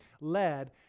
led